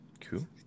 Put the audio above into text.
Cool